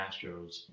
Astros